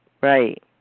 Right